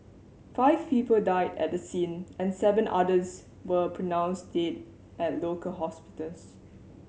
five people died at the scene and seven others were pronounced dead at local hospitals